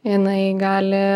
jinai gali